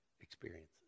experiences